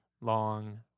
long